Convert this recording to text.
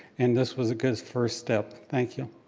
and this was a good first step. thank you.